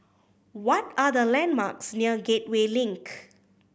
what are the landmarks near Gateway Link